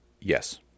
Yes